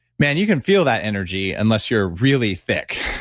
man, you can feel that energy unless you're really thick.